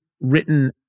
written